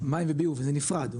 מים וביוב זה נפרד,